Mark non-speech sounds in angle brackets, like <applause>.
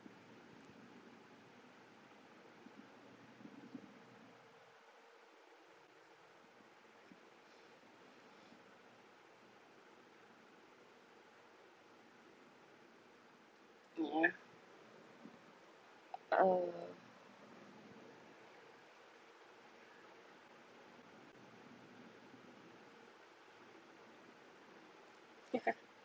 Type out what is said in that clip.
uh <laughs>